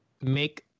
make